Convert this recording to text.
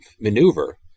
maneuver